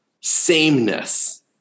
sameness